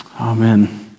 Amen